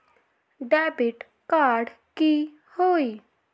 Debit card की होई?